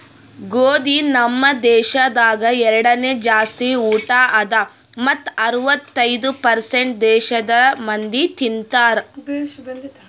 ಗೋದಿ ನಮ್ ದೇಶದಾಗ್ ಎರಡನೇ ಜಾಸ್ತಿ ಊಟ ಅದಾ ಮತ್ತ ಅರ್ವತ್ತೈದು ಪರ್ಸೇಂಟ್ ದೇಶದ್ ಮಂದಿ ತಿಂತಾರ್